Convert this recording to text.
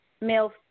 male